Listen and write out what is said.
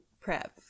prep